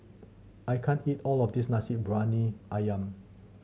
I can't eat all of this Nasi Briyani Ayam